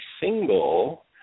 single